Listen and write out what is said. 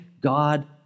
God